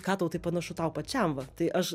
ką tau tai panašu tau pačiam va tai aš